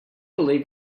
believe